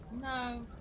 No